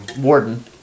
Warden